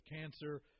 cancer